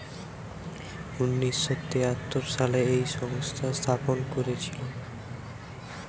উনিশ শ তেয়াত্তর সালে এই সংস্থা স্থাপন করেছিল